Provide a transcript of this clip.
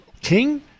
King